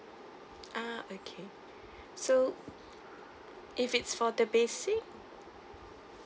ah okay so if it's for the basic